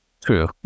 True